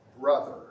brother